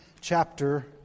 chapter